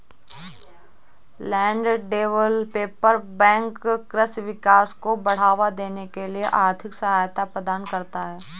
land development bank कृषि विकास को बढ़ावा देने के लिए आर्थिक सहायता प्रदान करता है